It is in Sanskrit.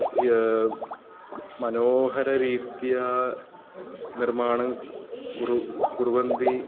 तस्य मनोहररीत्या निर्माणं कुरु कुर्वन्ति